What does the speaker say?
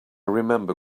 remember